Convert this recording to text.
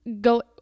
go